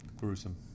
Gruesome